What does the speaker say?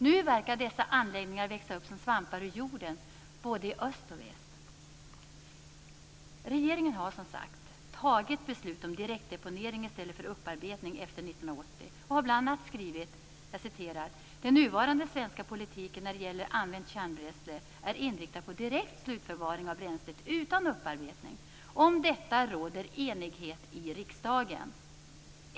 Nu verkar dessa anläggningar växa upp som svampar ur jorden både i öst och väst. Regeringen har som sagt fattat beslut om direktdeponering i stället för upparbetning efter 1980 och har bl.a. skrivit: "Den nuvarande svenska politiken när det gäller använt kärnbränsle är inriktad på direkt slutförvaring av bränslet utan upparbetning. Om detta råder enighet i riksdagen.